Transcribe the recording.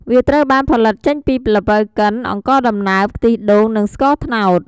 វាត្រូវបានផលិតចេញពីល្ពៅកិន អង្ករដំណើប ខ្ទិះដូង និងស្ករត្នោត។